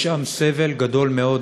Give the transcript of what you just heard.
יש שם סבל גדול מאוד,